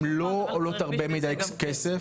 הם לא עולים הרבה יותר מדי כסף,